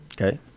Okay